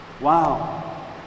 Wow